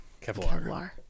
Kevlar